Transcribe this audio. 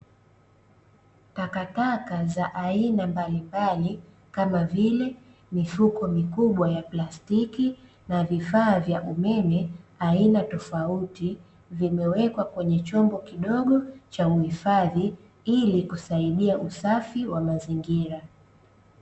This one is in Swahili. Takataka za aina mbalimbali kama vile mifuko mikubwa ya plastiki na vifaa vya umeme aina tofauti, vimewekwa kwenye chombo kidogo cha uhifadhi ili kusaidia usafi wa mazingira.